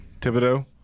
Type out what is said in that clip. Thibodeau